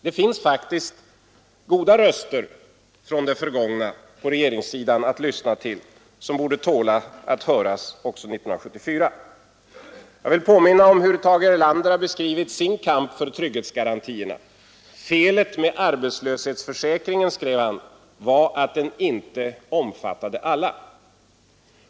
Det finns faktiskt även på regeringssidan goda röster från förr att lyssna till och som tål att höras år 1974. Jag vill påminna om hur Tage Erlander har beskrivit sin kamp för trygghetsgarantierna. Felet med arbetslöshetsförsäkringen var, skrev han, att den inte omfattade alla.